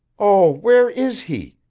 oh, where is he?